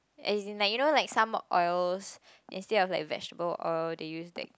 and as in like you know some oils instead of like vegetable oils they used that